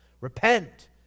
Repent